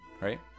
right